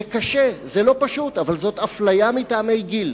זה קשה וזה לא פשוט, אבל זאת הפליה מטעמי גיל.